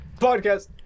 Podcast